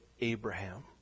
Abraham